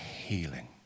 healing